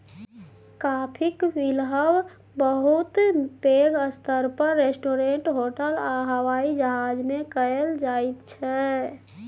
काफीक बिलहब बहुत पैघ स्तर पर रेस्टोरेंट, होटल आ हबाइ जहाज मे कएल जाइत छै